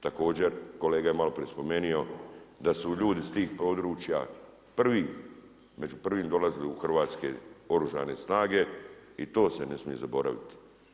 Također kolega je malo prije spomenuo da su ljudi iz tih područja prvi, među prvim dolazili u Hrvatske oružane snage i to se ne smije zaboraviti.